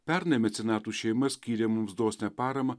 pernai mecenatų šeima skyrė mums dosnią paramą